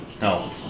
No